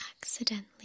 accidentally